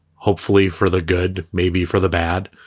hopefully for the good, maybe for the bad.